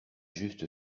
juste